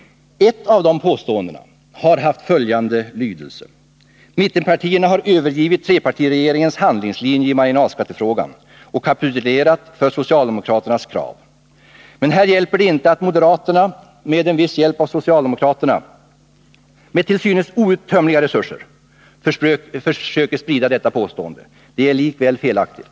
Ett av de: påståendena har haft följande lydelse: Mittenpartierna har övergivit trepartiregeringens handlingslinje i marginalskattefrågan och kapitulerat för socialdemokraternas krav. Men här hjälper det inte att moderaterna, med en viss hjälp av socialdemokraterna, med till synes outtömliga resurser försöker sprida detta påstående. Det är likväl felaktigt.